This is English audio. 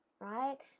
right